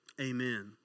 Amen